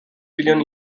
billion